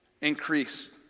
increase